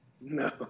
No